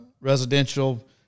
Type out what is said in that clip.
Residential